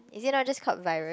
is it not just called virus